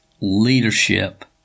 leadership